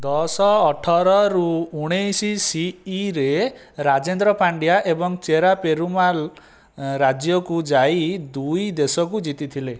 ଦଶ ଅଠର ରୁ ଉଣେଇଶ ସି ଇ ରେ ରାଜେନ୍ଦ୍ର ପାଣ୍ଡ୍ୟା ଏବଂ ଚେରା ପେରୁମାଲ୍ ରାଜ୍ୟକୁ ଯାଇ ଦୁଇ ଦେଶକୁ ଜିତିଥିଲେ